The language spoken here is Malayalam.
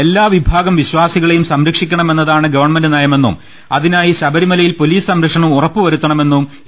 എല്ലാ വിഭാഗം വിശ്വാസ്ടികളെയും സംരക്ഷിക്കണമെ ന്നതാണ് ഗവൺമെന്റ് നയമെന്നും അതിനായി ശബരിമല യിൽ പൊലീസ് സംരക്ഷണം ഉറപ്പുവരുത്തണമെന്നും ഇ